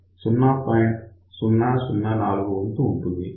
004 వంతు ఉంటుంది